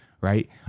right